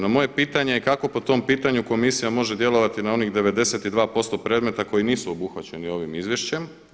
No moje pitanje je kako po tom pitanju komisija može djelovati na onih 92% predmeta koji nisu obuhvaćeni ovim izvješće?